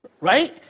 right